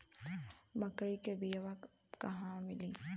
मक्कई के बिया क़हवा मिली?